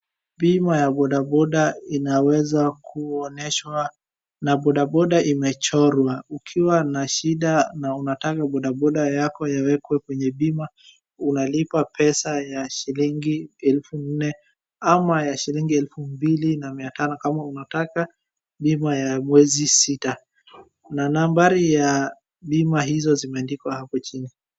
Bima ya boda boda inaweza kuonyeshwa na boda boda imechorwa. ukiwanashida na unataka boda boda yako iwekwe kwenye bima, unalipa pesa ya shilingi elfu nne ama ya shilingi elfu mbili na mia tano, kama unataka bima ya mwezi sita. Na nambari ya bima hizo zimeandikwa hapo chini.